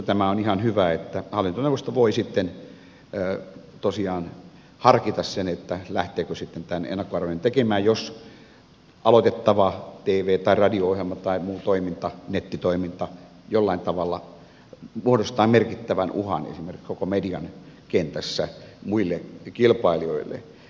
minusta on ihan hyvä että hallintoneuvosto voi sitten tosiaan harkita sitä lähteekö tämän ennakkoarvioinnin tekemään jos aloitettava tv tai radio ohjelma tai muu toiminta nettitoiminta jollain tavalla muodostaa merkittävän uhan esimerkiksi koko median kentässä muille kilpailijoille